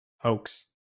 Hoax